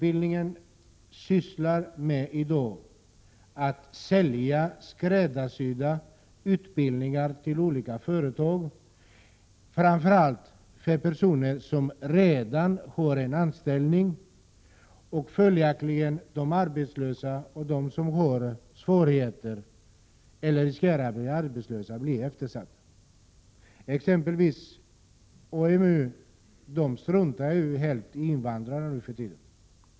I dag sysslar AMU med att sälja skräddarsydd utbildning till olika företag, framför allt för personer som redan har en anställning, och följaktligen blir de arbetslösa och de som har svårigheter eller riskerar att bli arbetslösa eftersatta. Exempelvis struntar AMU helt i invandrare nu för tiden.